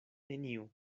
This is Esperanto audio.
neniu